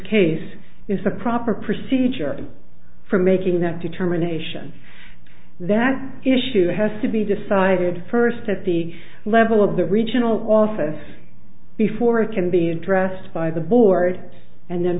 case is the proper procedure for making that determination that issue has to be decided first at the level of the regional office before it can be addressed by the board and then